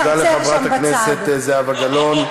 תודה לחברת הכנסת זהבה גלאון.